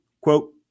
quote